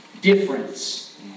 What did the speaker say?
difference